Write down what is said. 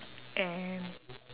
and